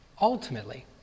Ultimately